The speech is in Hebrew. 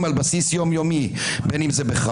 על בסיס יומיומי בין אם זה בחווארה,